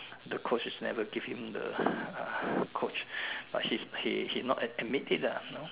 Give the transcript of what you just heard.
the Coach is never give him the uh Coach but he he he not admit it lah no